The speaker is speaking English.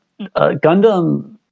Gundam